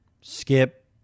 Skip